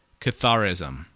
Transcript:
Catharism